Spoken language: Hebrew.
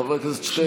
חבר הכנסת שטרן.